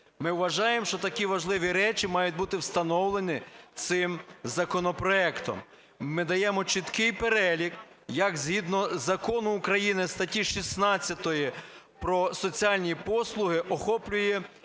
Ми вважаємо, що такі важливі речі мають бути встановлені цим законопроектом. Ми даємо чіткий перелік, який згідно Закону України (статті 16) "Про соціальні послуги", охоплює